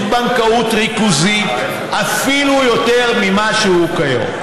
בנקאות ריכוזי אפילו יותר ממה שהוא כיום.